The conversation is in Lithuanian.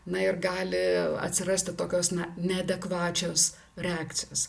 na ir gali atsirasti tokios na neadekvačios reakcijos